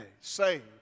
saved